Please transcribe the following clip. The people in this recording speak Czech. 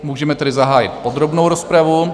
Můžeme tedy zahájit podrobnou rozpravu.